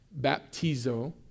baptizo